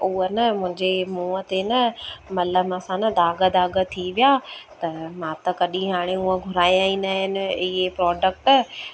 उहो न मुंहिंजी मूंहं ते न मलम असां न दाग़ दाग़ थी विया त मां त कॾहिं हाणे हुअं घुरायंई न अन ईअ प्रॉडकट